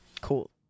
Cool